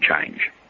change